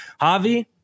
Javi